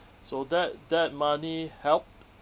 so that that money helped